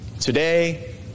today